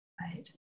Right